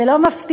זה לא מפתיע.